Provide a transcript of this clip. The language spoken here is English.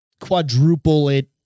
quadruple-it